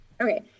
Okay